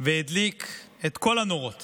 והדליק את כל הנורות